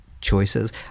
choices